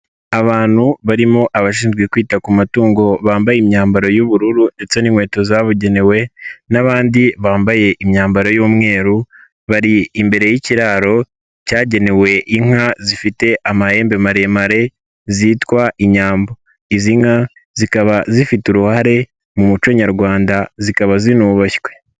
Abantu barimo abashinzwe kwita ku matungo bambaye imyambaro y'ubururu ndetse n'inkweto zabugenewe n'abandi bambaye imyambaro y'umweru, bari imbere y'ikiraro cyagenewe inka zifite amahembe maremare zitwa inyambo, izi nka zikaba zifite uruhare mu muco nyarwanda zikaba zinubashywe.